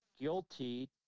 guilty